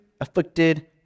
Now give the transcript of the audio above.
afflicted